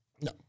No